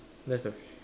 that's the f~